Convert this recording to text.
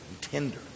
tender